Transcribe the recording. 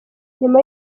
nyuma